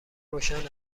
روشن